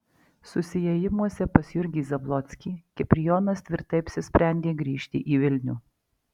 susiėjimuose pas jurgį zablockį kiprijonas tvirtai apsisprendė grįžti į vilnių